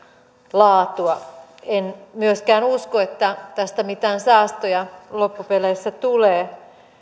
laatua en myöskään usko että tästä mitään säästöjä loppupeleissä tulee